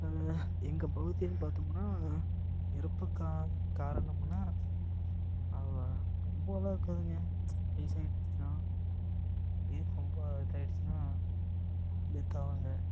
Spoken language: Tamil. இப்போ எங்கள் பகுதின்னு பார்த்தோம்ன்னா இறப்புக்கான காரணமுன்னால் ரொம்பல்லாம் இருக்காதுங்க வயசாயிடுத்துன்னா ஏஜ் ரொம்ப இதாகிடுச்சுன்னா டெத் ஆவாங்க